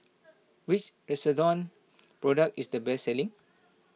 which Redoxon product is the best selling